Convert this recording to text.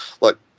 look